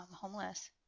homeless